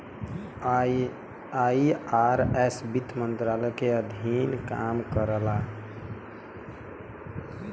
IRS वित्त मंत्रालय के अधीन काम करला